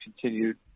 continued